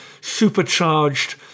supercharged